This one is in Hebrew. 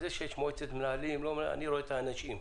זה שיש מועצת מנהלים, אני רואה את האנשים.